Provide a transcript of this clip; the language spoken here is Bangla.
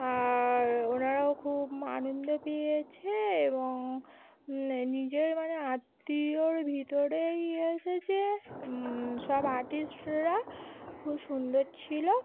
আর ওনারাও খুব আনন্দ পেয়েছে এবং নিজের মানে আত্মীয়র ভিতরেই এসেছে সব আর্টিস্টরা খুব সুন্দর ছিলো